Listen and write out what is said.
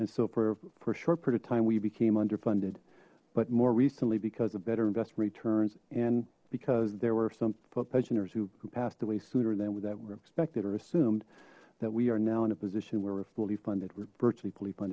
and so for for a short period of time we became underfunded but more recently because of better investment returns and because there were some pensioners who passed away sooner than would that were expected or assumed that we are now in a position where we're fully funded were virtually bleep